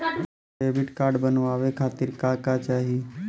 Debit card बनवावे खातिर का का चाही?